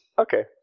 Okay